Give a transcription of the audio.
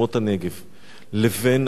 לבין היישובים רחלים,